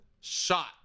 Shot